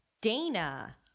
Dana